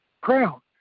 crown